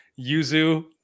Yuzu